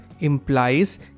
implies